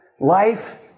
Life